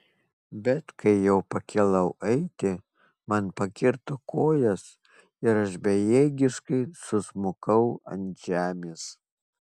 bet kai jau pakilau eiti man pakirto kojas ir aš bejėgiškai susmukau ant žemės